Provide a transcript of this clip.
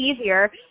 easier